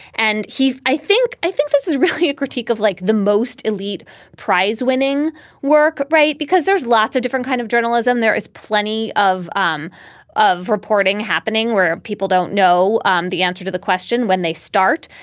and he's i think i think this is really a critique of like the most elite prize winning work. right. because there's lots of different kind of journalism. there is plenty of ways um of reporting happening where people don't know um the answer to the question when they start.